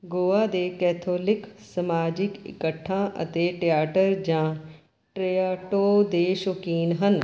ਗੋਆ ਦੇ ਕੈਥੋਲਿਕ ਸਮਾਜਿਕ ਇਕੱਠਾਂ ਅਤੇ ਟਿਆਟਰ ਜਾਂ ਟ੍ਰਿਆਟੋ ਦੇ ਸ਼ੌਕੀਨ ਹਨ